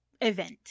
event